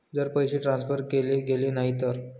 जर पैसे ट्रान्सफर केले गेले नाही तर?